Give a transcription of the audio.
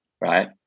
right